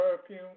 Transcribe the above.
perfume